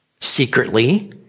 secretly